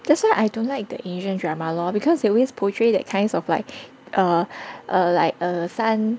that's why I don't like the asian drama lor because they always portray that kinds of like err like err 三